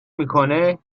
میکنه